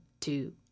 two